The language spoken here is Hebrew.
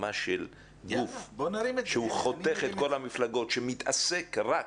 הקמה של גוף שהוא חותך את כל המפלגות, שמתעסק רק